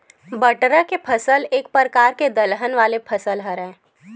बटरा के फसल एक परकार के दलहन वाले फसल हरय